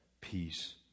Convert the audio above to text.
peace